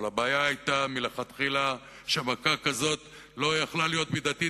אבל הבעיה היתה מלכתחילה שמכה כזאת לא יכלה להיות מידתית,